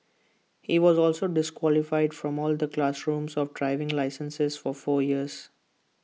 he was also disqualified from all the classrooms of driving licenses for four years